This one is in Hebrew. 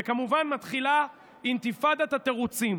וכמובן מתחילה אינתיפאדת התירוצים.